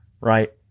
right